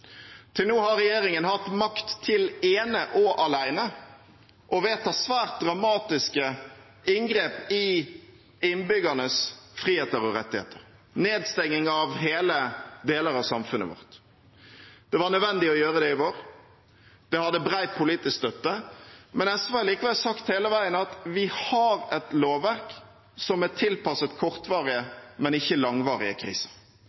Til nå har regjeringen hatt makt til ene og alene å vedta svært dramatiske inngrep i innbyggernes friheter og rettigheter – nedstenging av hele deler av samfunnet vårt. Det var nødvendig å gjøre det i vår, det hadde bred politisk støtte, men SV har sagt hele veien at vi har et lovverk som er tilpasset kortvarige, men ikke langvarige kriser.